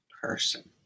person